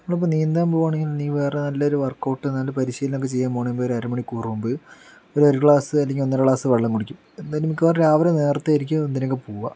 നമ്മളിപ്പോൾ നീന്താൻ പോകുവാണെങ്കിൽ അല്ലെങ്കിൽ വേറെ നല്ലൊരു വർക്കൗട്ട് നല്ലൊരു പരിശീലനമൊക്കെ ചെയ്യാൻ പോകുന്നതിൻ്റെ മുൻപ് ഒരു അരമണിക്കൂർ മുമ്പ് ഒരു ഒരു ഗ്ലാസ് അല്ലെങ്കിൽ ഒന്നര ഗ്ലാസ് വെള്ളം കുടിക്കും എന്തായാലും മിക്കവാറും രാവിലെ നേരത്തെ ആയിരിക്കും ഇതിനൊക്കെ പോകുക